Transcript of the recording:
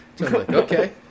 Okay